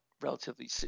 relatively